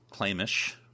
claimish